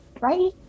right